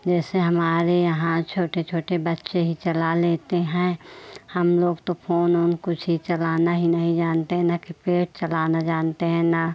जैसे हमारे यहाँ छोटे छोटे बच्चे ही चला लेते हैं हम लोग तो फोन ओन कुछ ही चलाना ही नहीं जानते हैं ना किपेड चलाना जानते हैं ना